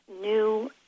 new